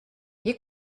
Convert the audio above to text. jak